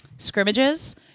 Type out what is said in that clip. Scrimmages